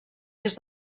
des